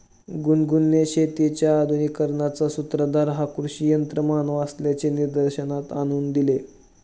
गुनगुनने शेतीच्या आधुनिकीकरणाचा सूत्रधार हा कृषी यंत्रमानव असल्याचे निदर्शनास आणून दिले